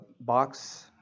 box